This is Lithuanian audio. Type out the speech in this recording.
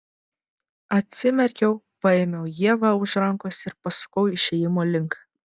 atsimerkiau paėmiau ievą už rankos ir pasukau išėjimo link